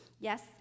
Yes